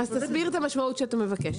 אז תסביר את המשמעות שאתה מבקש.